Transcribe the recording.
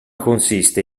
consiste